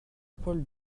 paul